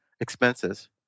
expenses